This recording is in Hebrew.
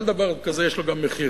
כל דבר כזה יש לו גם מחיר.